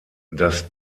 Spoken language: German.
das